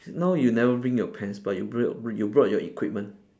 now you never bring your pants but you brought your brought your equipment